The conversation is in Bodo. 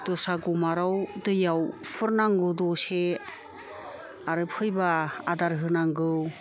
दस्रा गमाराव दैयाव होहरनांगौ दसे आरो फैबा आदार होनांगौ